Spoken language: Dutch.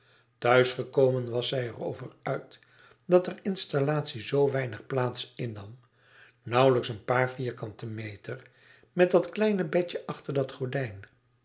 gekomen was zij er over uit dat hare installatie zoo weinig plaats innam nauwlijks een paar vierkante meter met dat kleine bedje achter dat gordijn